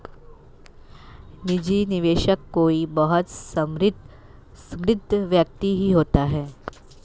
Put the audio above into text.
निजी निवेशक कोई बहुत समृद्ध व्यक्ति ही होता है